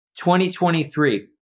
2023